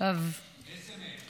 איזה מהם?